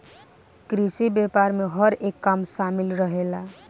कृषि व्यापार में हर एक काम शामिल रहेला